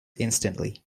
instantly